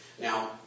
Now